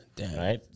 right